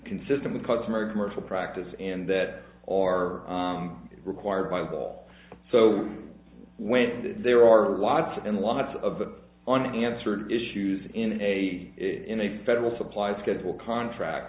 consistent with cause murder commercial practice and that are required by ball so when there are lots and lots of unanswered issues in a in a federal supplies schedule contract